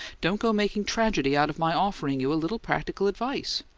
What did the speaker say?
don't go making tragedy out of my offering you a little practical advice!